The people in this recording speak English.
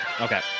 Okay